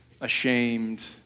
ashamed